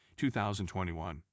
2021